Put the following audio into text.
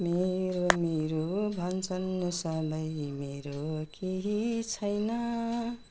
मेरो मेरो भन्छन् सबै मेरो केही छैन